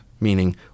meaning